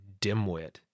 dimwit